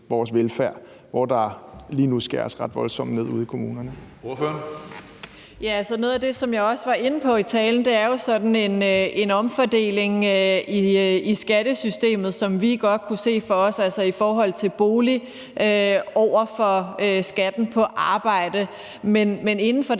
Hønge): Ordføreren. Kl. 15:19 Samira Nawa (RV): Ja, noget af det, som jeg også var inde på i talen, er jo sådan en omfordeling i skattesystemet, som vi godt kunne se for os, altså i forhold til boligskat over for skatten på arbejde. Men inden for den